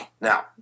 now